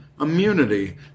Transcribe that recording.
immunity